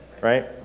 right